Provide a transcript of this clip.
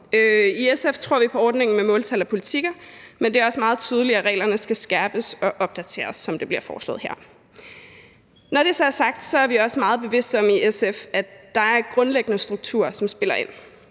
I SF tror vi på ordningen med måltal og politikker, men det er også meget tydeligt, at reglerne skal skærpes og opdateres, som det bliver foreslået her. Når det så er sagt, er vi også meget bevidste om i SF, at der er grundlæggende strukturer, som spiller ind.